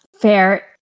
Fair